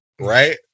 right